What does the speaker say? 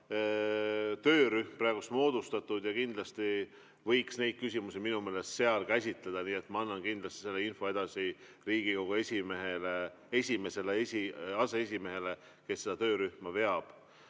töörühm moodustatud, kindlasti võiks neid küsimusi minu meelest seal käsitleda. Nii et ma annan kindlasti selle info edasi Riigikogu esimesele aseesimehele, kes seda töörühma veab.